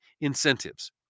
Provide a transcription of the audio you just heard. incentives